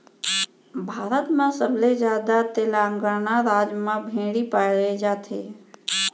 भारत म सबले जादा तेलंगाना राज म भेड़ी पाए जाथे